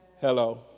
Hello